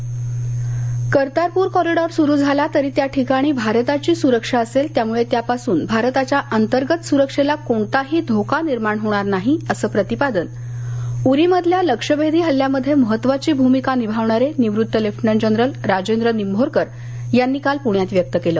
Kartarpur Kartarpur corridor सुरू झाला तरी त्याठिकाणी भारताची सुरक्षा असेल त्यामुळं त्यापासून भारताच्या अंतर्गत सुरक्षेला कोणताही धोका निर्माण होणार नाही असं प्रतिपादन उरीमधल्या लक्ष्यभेदी हल्ल्यामध्ये महत्वाची भ्रमिका निभावणारे निवृत लेफ्टनंट जनरल राजेंद्र निम्भोरकर यांनी काल पूण्यात केलं